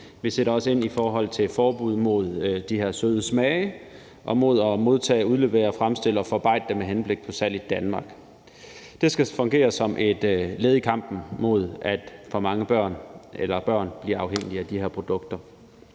Vi sætter også ind med et forbud mod de her søde smage og mod at modtage, udlevere, fremstille og forarbejde dem med henblik på salg i Danmark. Det skal fungere som et led i kampen mod, at børn bliver afhængige af de her produkter.